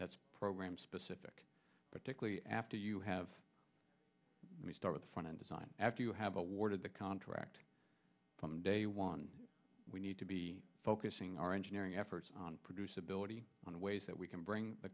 that's program specific particularly after you have the start of the front end design after you have awarded the contract from day one we need to be focusing our engineering efforts on produce ability on the ways that we can bring the